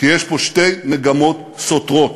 כי יש פה שתי מגמות סותרות.